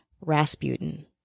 Rasputin